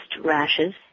rashes